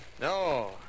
No